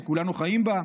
שכולנו חיים בה,